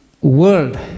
world